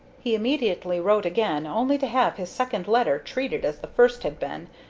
he immediately wrote again, only to have his second letter treated as the first had been,